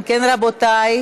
אם כן, רבותי,